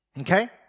okay